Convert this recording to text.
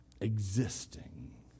existing